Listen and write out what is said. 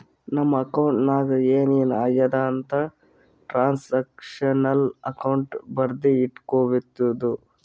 ನಮ್ ಅಕೌಂಟ್ ನಾಗ್ ಏನ್ ಏನ್ ಆಗ್ಯಾದ ಅಂತ್ ಟ್ರಾನ್ಸ್ಅಕ್ಷನಲ್ ಅಕೌಂಟ್ ಬರ್ದಿ ಇಟ್ಗೋತುದ